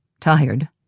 tired